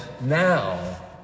now